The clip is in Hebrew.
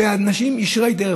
באנשים ישרי דרך.